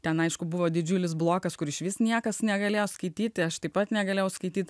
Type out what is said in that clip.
ten aišku buvo didžiulis blokas kur išvis niekas negalėjo skaityti aš taip pat negalėjau skaityti